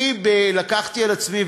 אני לקחתי על עצמי,